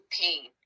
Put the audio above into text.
pain